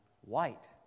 white